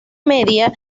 media